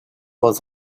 was